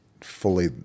fully